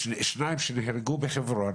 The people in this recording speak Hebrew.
שניים שנהרגו בחברון,